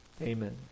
Amen